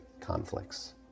conflicts